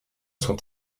sont